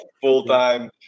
full-time